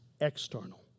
external